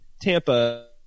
Tampa